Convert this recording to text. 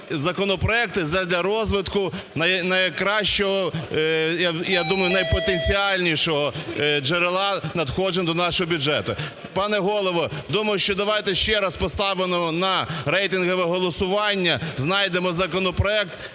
законопроект задля розвитку найкращого і, я думаю, найпотенціальнішого джерела надходжень до нашого бюджету. Пане Голово, думаю, що давайте ще раз поставимо на рейтингове голосування, знайдемо законопроект.